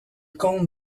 comte